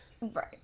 Right